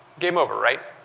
game over, right?